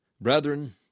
Brethren